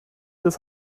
des